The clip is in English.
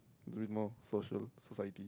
it's a bit more social society